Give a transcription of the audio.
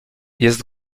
jest